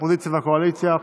האופוזיציה והקואליציה.